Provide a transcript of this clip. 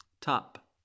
top